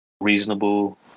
reasonable